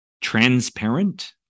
transparent